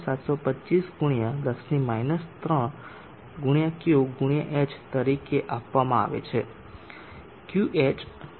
725 × 10 3 × Qh તરીકે આપવામાં આવે છે Qh મીટરમાં છે